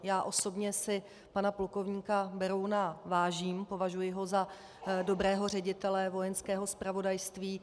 Já osobně si pana plukovníka Berouna vážím, považuji ho za dobrého ředitele Vojenského zpravodajství.